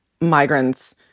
migrants